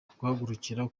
guhagurukira